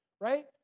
right